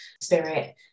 spirit